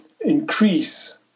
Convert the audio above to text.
increase